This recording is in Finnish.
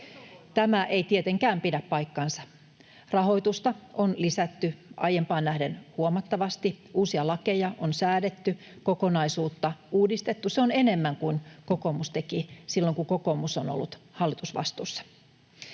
Tämä ei tietenkään pidä paikkaansa. Rahoitusta on lisätty aiempaan nähden huomattavasti, uusia lakeja on säädetty, kokonaisuutta uudistettu. Se on enemmän kuin kokoomus teki silloin, kun kokoomus on ollut hallitusvastuussa.